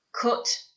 Cut